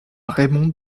raymond